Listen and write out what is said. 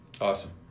awesome